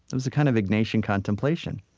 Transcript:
it was a kind of ignatian contemplation.